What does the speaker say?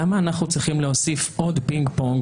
למה אנחנו צריכים להוסיף עוד פינג פונג